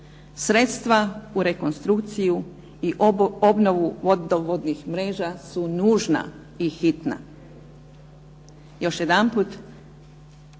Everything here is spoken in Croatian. sredstva u rekonstrukciju i obnovu vodovodnih mreža su nužna i hitna.